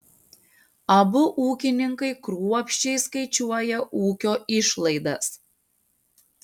abu ūkininkai kruopščiai skaičiuoja ūkio išlaidas